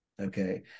Okay